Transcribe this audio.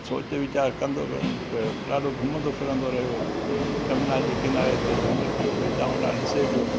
सोच वीचारु कंदो वयुमि त ॾाढो घुमंदो फिरंदो रहियो जमुना जे किनारे ते घुमे पियो हेॾा होॾा ॾिसे पियो